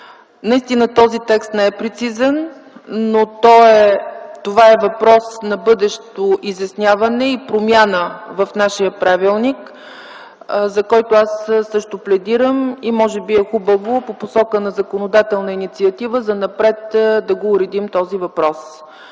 наистина не е прецизен, но това е въпрос на бъдещо изясняване и промяна в нашия правилник, за което аз пледирам и може би е хубаво по посока на законодателна инициатива да уредим този въпрос.